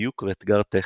דיוק ואתגר טכני.